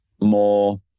more